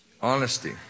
Honesty